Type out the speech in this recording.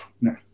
No